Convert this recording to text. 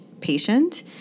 patient